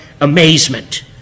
amazement